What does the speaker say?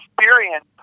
experience